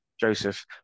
Joseph